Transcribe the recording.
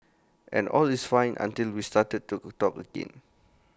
and all is fine until we start to talk again